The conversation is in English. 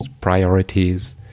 priorities